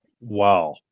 Wow